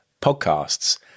podcasts